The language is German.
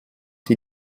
die